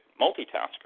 multitasker